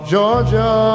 Georgia